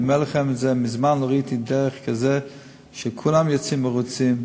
אני אומר לכם: מזמן לא ראיתי דרך כזאת שכולם יוצאים מרוצים.